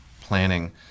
planning